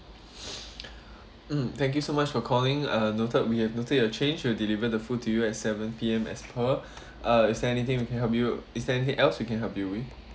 mm thank you so much for calling uh noted we have noted your change we'll deliver the food to you at seven P_M as per uh is there anything we can help you is there anything else we can help you with